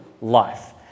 life